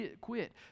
quit